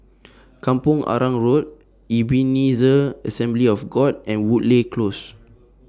Kampong Arang Road Ebenezer Assembly of God and Woodleigh Close